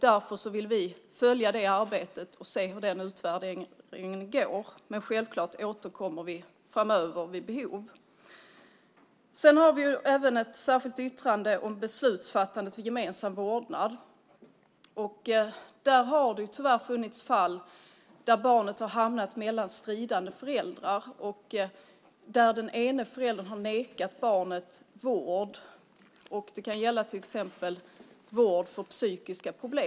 Därför vill vi följa arbetet och se hur utvärderingen går. Självklart återkommer vi framöver vid behov. Vi har även ett särskilt yttrande om beslutsfattande vid gemensam vårdnad. Där har det tyvärr funnits fall där barnet har hamnat mellan stridande föräldrar. Den ena föräldern kan ha nekat barnet vård. Det kan gälla till exempel vård för psykiska problem.